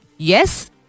Yes